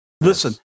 listen